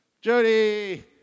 Jody